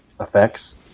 effects